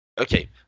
Okay